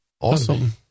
awesome